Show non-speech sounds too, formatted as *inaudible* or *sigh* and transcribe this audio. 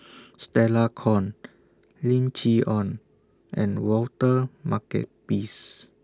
*noise* Stella Kon Lim Chee Onn and Walter Makepeace